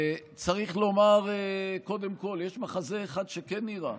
וצריך לומר, קודם כול יש מחזה אחד שכן נראה